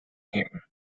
him